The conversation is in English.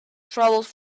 travels